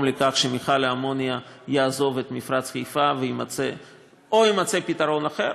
לכך שמפעל האמוניה יעזוב את מפרץ חיפה ואו יימצא מקום אחר